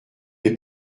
est